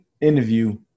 interview